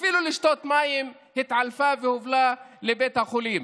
אפילו לשתות מים והיא התעלפה והובהלה לבית החולים.